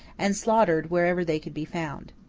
and slaughtered wherever they could be found.